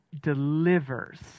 delivers